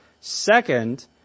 Second